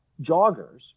joggers